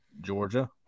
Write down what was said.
Georgia